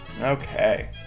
Okay